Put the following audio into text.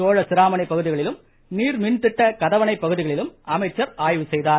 சோழ சிராமணி பகுதிகளிலும் நீர்மின் திட்ட கதவணை பகுதிகளிலும் அமைச்சர் ஆய்வு செய்தார்